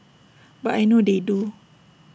but I know they do